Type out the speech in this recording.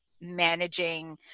managing